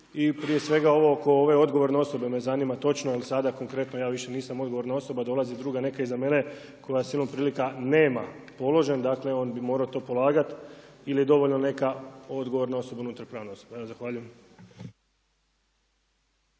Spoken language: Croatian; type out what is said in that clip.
prije svega ovo oko ove odgovorne osobe me zanima točno, jer točno sada konkretno ja više nisam odgovorna osoba, dolazi druga neka iza mene koja silom prilika nema položen. Dakle, on bi morao to polagati ili je dovoljno neka odgovorna osoba unutar pravne osobe. Evo zahvaljujem.